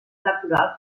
electoral